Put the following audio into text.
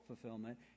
fulfillment